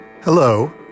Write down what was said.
hello